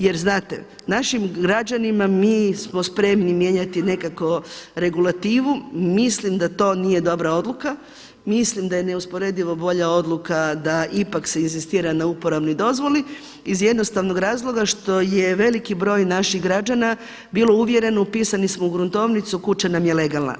Jer znate, našim građanima mi smo spremni mijenjati nekako regulativu, mislim da to nije dobra odluka, mislim da je neusporedivo bolja odluka da ipak se inzistira na uporabnoj dozvoli iz jednostavno razloga što je veliki broj naših građana bilo uvjereno, upisani smo u gruntovnicu, kuća nam je legalna.